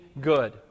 good